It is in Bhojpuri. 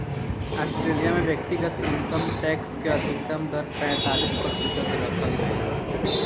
ऑस्ट्रेलिया में व्यक्तिगत इनकम टैक्स के अधिकतम दर पैतालीस प्रतिशत रखल गईल बा